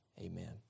amen